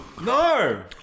No